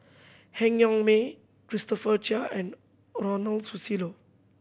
Han Yong May Christopher Chia and Ronald Susilo